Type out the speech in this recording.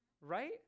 right